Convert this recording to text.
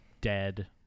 dead